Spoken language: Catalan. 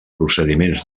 procediments